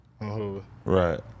Right